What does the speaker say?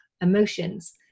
emotions